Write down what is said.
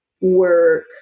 work